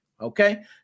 okay